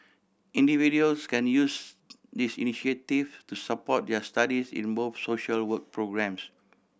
individuals can use these initiative to support their studies in both social work programmes